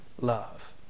love